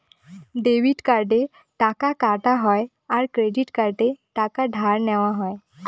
debit কার্ডে টাকা কাটা হয় আর ক্রেডিট কার্ডে টাকা ধার নেওয়া হয়